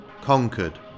Conquered